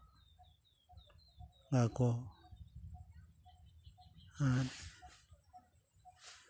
ᱜᱟᱠᱚ ᱟᱨ